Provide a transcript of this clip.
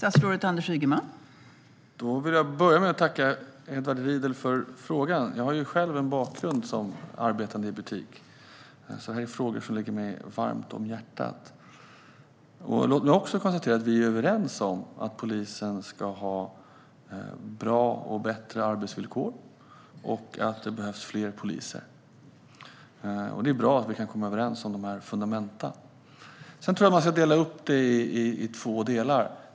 Fru ålderspresident! Jag vill börja med att tacka Edward Riedl för frågan. Jag har själv en bakgrund som arbetande i butik, så det här är frågor som ligger mig varmt om hjärtat. Låt mig också konstatera att vi är överens om att polisen ska ha bra och bättre arbetsvillkor och att det behövs fler poliser! Det är bra att vi kan komma överens om dessa fundamenta. Sedan tror jag att man ska dela upp det i två delar.